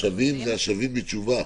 "השבים" זה השבים בתשובה.